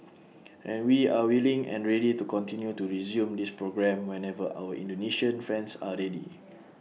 and we are willing and ready to continue to resume this programme whenever our Indonesian friends are ready